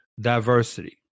diversity